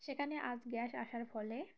সেখানে আজ গ্যাস আসার ফলে